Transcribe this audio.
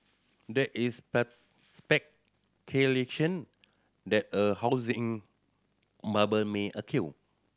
there is speculation that a housing bubble may occur